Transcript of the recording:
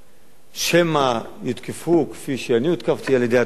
שמא יותקפו כפי שאני הותקפתי על-ידי התקשורת